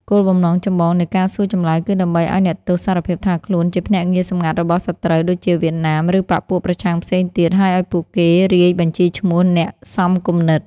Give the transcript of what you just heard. គោលបំណងចម្បងនៃការសួរចម្លើយ គឺដើម្បីឱ្យអ្នកទោសសារភាពថាខ្លួនជាភ្នាក់ងារសម្ងាត់របស់សត្រូវ ដូចជា វៀតណាម ឬបក្សពួកប្រឆាំងផ្សេងទៀត ហើយឱ្យពួកគេរាយបញ្ជីឈ្មោះអ្នកសមគំនិត។